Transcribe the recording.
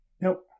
nope